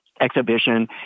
exhibition